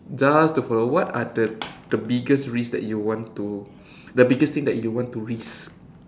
just to follow what are the the biggest risk that you want to the biggest thing that you want to risk